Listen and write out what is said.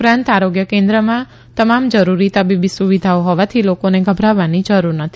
ઉપરાંત આરોગ્ય કેન્દ્રમાં તમામ જરૂરી તબીબી સુવિધાઓ હોવાથી લોકોને ગભરાવવાની જરૂર નથી